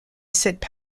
cette